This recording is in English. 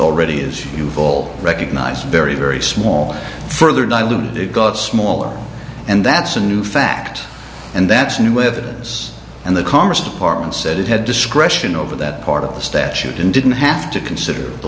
already is involved recognized very very small further diluted it got smaller and that's a new fact and that's new evidence and the commerce department said it had discretion over that part of the statute in didn't have to consider the